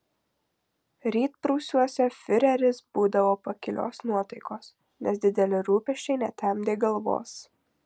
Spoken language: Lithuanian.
rytprūsiuose fiureris būdavo pakilios nuotaikos nes dideli rūpesčiai netemdė galvos